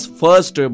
first